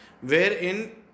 wherein